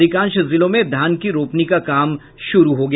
अधिकांश जिलों में धान की रोपनी का काम शुरू हो गया